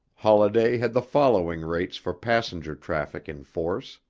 holladay had the following rates for passenger traffic in force